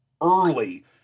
early